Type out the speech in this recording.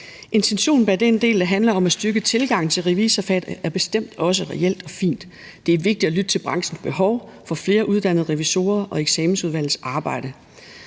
Intentionen bag den del, der handler om at styrke tilgangen til revisorfaget, er bestemt også reel og fin. Det er vigtigt at lytte til branchens behov for flere uddannede revisorer og til eksamensudvalgets arbejde.